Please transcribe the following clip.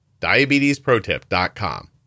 Diabetesprotip.com